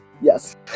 Yes